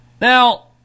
Now